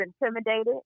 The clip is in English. intimidated